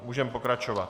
Můžeme pokračovat.